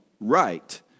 right